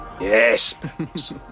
yes